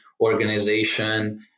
organization